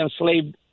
enslaved